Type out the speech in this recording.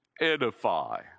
edify